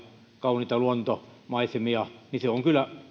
kauniita luontomaisemia se on kyllä